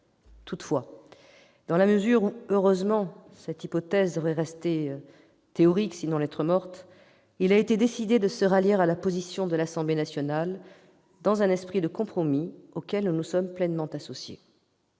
Toutefois, dans la mesure où cette hypothèse devrait heureusement rester théorique, sinon lettre morte, il a été décidé de se rallier à la position de l'Assemblée nationale, dans un esprit de compromis auquel nous nous sommes pleinement associés.